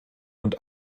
und